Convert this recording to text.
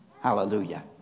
Hallelujah